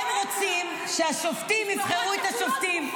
הם רוצים שהשופטים יבחרו את השופטים.